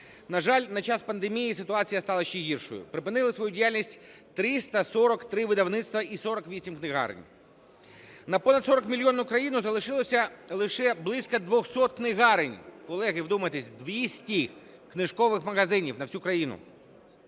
На жаль, на час пандемії ситуація стала ще гіршою: припинили свою діяльність 343 видавництва і 48 книгарень. На понад 40-мільйонну країну залишилося лише близько 200 книгарень. Колеги, вдумайтесь, 200 книжкових магазинів на всю країну.